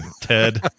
Ted